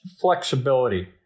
flexibility